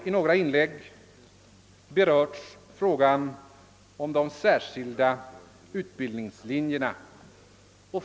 I några inlägg har frågan om de särskilda utbildningslinjerna berörts.